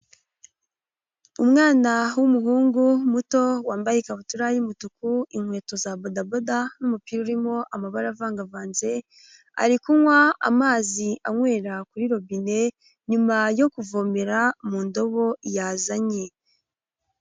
Umwana w'umuhungu muto, wambaye ikabutura y'umutuku, inkweto za bodaboda n'umupira urimo amabara avangavanze, ari kunywa amazi anywera kuri robine nyuma yo kuvomera mu ndobo yazanye.